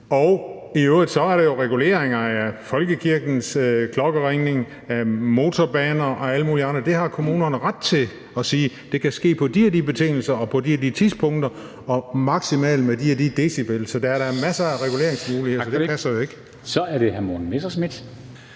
I øvrigt er der jo regulering af folkekirkens klokkeringning, af motorbaner og alle mulige andre. Der har kommunerne ret til at sige, at det kan ske på de og de betingelser og på de og de tidspunkter og maksimalt med de og de decibel. Så der er da masser af reguleringsmuligheder, så det passer jo ikke. Kl.